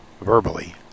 verbally